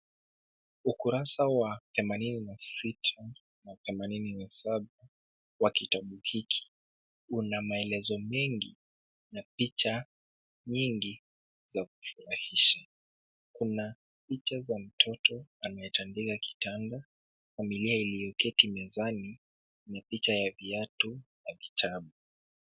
Ukurasa wa themanini na sita na themanini na saba wa kitabu hiki, una maelezo mengi na picha nyingi za kufurahisha. Kuna picha za mtoto anayetandika kitanda, familia iliyoketi mezani na picha ya viatu na vitabu.